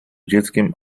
dzieckiem